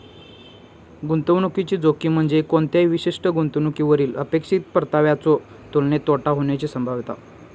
गुंतवणुकीची जोखीम म्हणजे कोणत्याही विशिष्ट गुंतवणुकीवरली अपेक्षित परताव्याच्यो तुलनेत तोटा होण्याची संभाव्यता